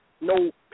no